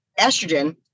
estrogen